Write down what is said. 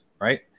right